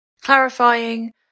clarifying